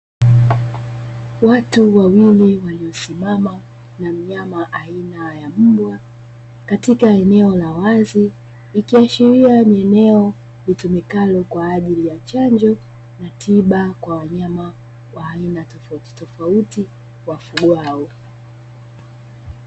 Watu wawili waliosimama na mnyama aina ya mbwa katika eneo la wazi, ikiashiria ni eneo litumikalo kwa ajili ya chanjo na tiba kwa wanyama wa aina tofautitofauti wafugwao.